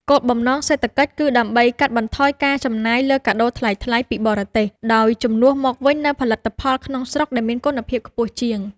គោលបំណងសេដ្ឋកិច្ចគឺដើម្បីកាត់បន្ថយការចំណាយលើកាដូថ្លៃៗពីបរទេស ដោយជំនួសមកវិញនូវផលិតផលក្នុងស្រុកដែលមានគុណភាពខ្ពស់ជាង។